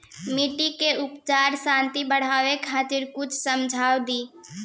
मिट्टी के उर्वरा शक्ति बढ़ावे खातिर कुछ सुझाव दी?